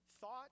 thought